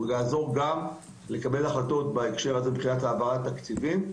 זה יעזור גם לקבל החלטות בהקשר הזה מבחינת העברת תקציבים,